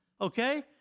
okay